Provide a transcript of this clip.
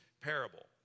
parable